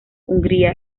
hungría